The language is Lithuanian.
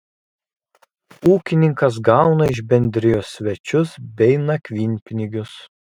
ūkininkas gauna iš bendrijos svečius bei nakvynpinigius